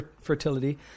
fertility